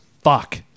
Fuck